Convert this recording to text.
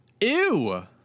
Ew